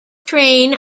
train